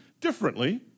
differently